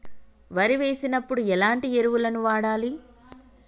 వరి వేసినప్పుడు ఎలాంటి ఎరువులను వాడాలి?